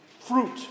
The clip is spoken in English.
fruit